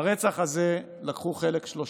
ברצח הזה לקחו חלק שלושה: